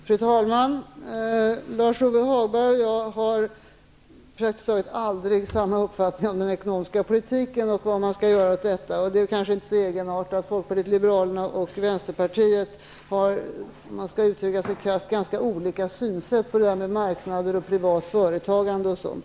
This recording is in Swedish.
Fru talman! Lars-Ove Hagberg och jag har praktiskt taget aldrig samma uppfattning om den ekonomiska politiken. Det är kanske inte så egendomligt att Folkpartiet liberalerna och Vänsterpartiet har, krasst uttryckt, ganska olika synsätt när det gäller marknader, privat företagande och sådant.